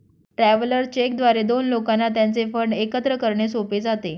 travellers cheque द्वारे दोन लोकांना त्यांचे फंड एकत्र करणे सोपे जाते